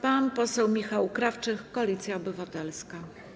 Pan poseł Michał Krawczyk, Koalicja Obywatelska.